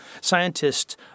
Scientists